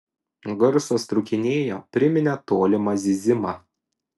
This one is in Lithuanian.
garsas trūkinėjo priminė tolimą zyzimą